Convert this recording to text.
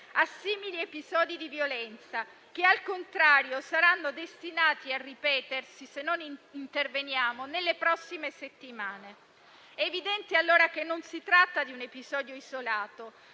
a simili episodi di violenza, che, al contrario, saranno destinati a ripetersi, se non interveniamo, nelle prossime settimane. È evidente allora che non si tratta di un episodio isolato,